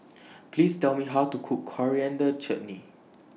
Please Tell Me How to Cook Coriander Chutney